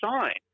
sign